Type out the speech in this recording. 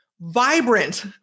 vibrant